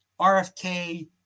RFK